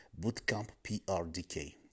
bootcampprdk